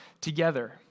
together